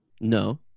no